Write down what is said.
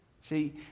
See